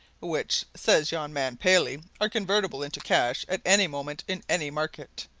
which, says yon man paley, are convertible into cash at any moment in any market!